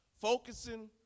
focusing